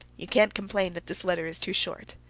you can't complain that this letter is too short.